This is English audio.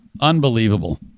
Unbelievable